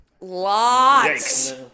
Lots